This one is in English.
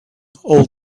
all